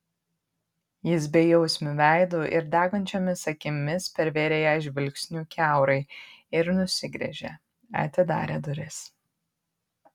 jis bejausmiu veidu ir degančiomis akimis pervėrė ją žvilgsniu kiaurai ir nusigręžė atidarė duris